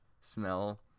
smell